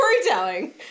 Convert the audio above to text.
storytelling